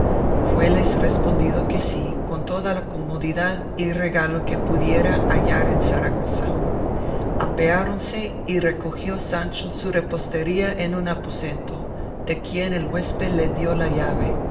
posada fueles respondido que sí con toda la comodidad y regalo que pudiera hallar en zaragoza apeáronse y recogió sancho su repostería en un aposento de quien el huésped le dio la llave